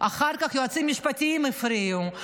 אחר כך יועצים משפטיים הפריעו,